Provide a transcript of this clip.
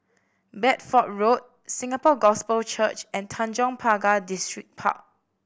Bedford Road Singapore Gospel Church and Tanjong Pagar Distripark